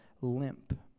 limp